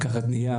לקחת נייר,